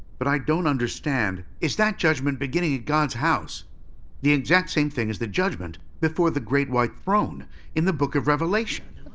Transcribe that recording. but i don't understand is that judgment beginning at god's house the exact same thing as the judgment before the great white throne in the book of revelation?